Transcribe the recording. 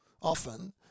often